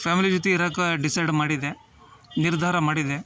family ಜೊತೆ ಇರಕ್ಕ decide ಮಾಡಿದೆ ನಿರ್ಧಾರ ಮಾಡಿದೆ